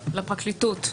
לפרקליטות,